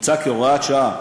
מוצע כהוראת שעה,